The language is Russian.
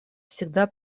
всегда